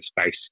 space